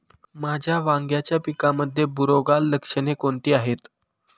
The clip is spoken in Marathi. माझ्या वांग्याच्या पिकामध्ये बुरोगाल लक्षणे कोणती आहेत?